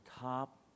top